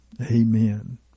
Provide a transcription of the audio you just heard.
Amen